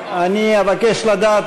אני מבקש לדעת,